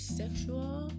sexual